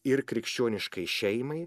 ir krikščioniškai šeimai